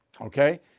Okay